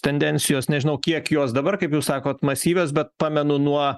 tendencijos nežinau kiek jos dabar kaip jūs sakot masyvios bet pamenu nuo